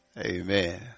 amen